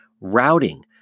routing